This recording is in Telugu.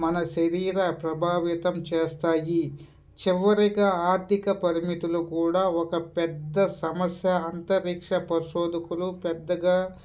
మన శరీర ప్రభావితం చేస్తాయి చివరిగా ఆర్థిక పరిమితులు కూడా ఒక పెద్ద సమస్య అంతరిక్ష పరిశోధకులు పెద్దగా